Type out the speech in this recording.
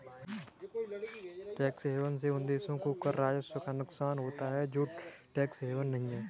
tax haven से उन देशों को कर राजस्व का नुकसान होता है जो टैक्स हेवन नहीं हैं